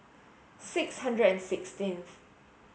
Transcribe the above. six hundred and sixteenth